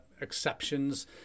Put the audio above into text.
exceptions